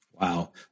Wow